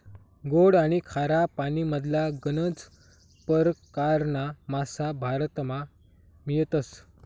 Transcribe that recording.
गोड आनी खारा पानीमधला गनज परकारना मासा भारतमा मियतस